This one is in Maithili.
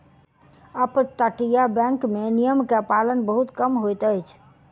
अपतटीय बैंक में नियम के पालन बहुत कम होइत अछि